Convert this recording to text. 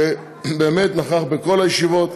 שבאמת נכח בכל הישיבות,